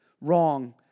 wrong